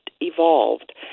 evolved